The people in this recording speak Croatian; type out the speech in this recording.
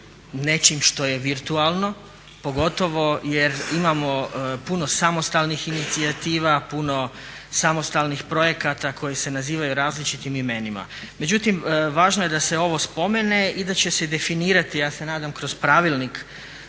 nečim što je virtualno, pogotovo jer imamo puno samostalnih inicijativa, puno samostalnih projekata koji se nazivaju različitim imenima. Međutim, važno je da se ovo spomene i da će se definirati, ja se nadam kroz pravilnik